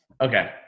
Okay